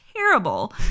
Terrible